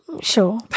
Sure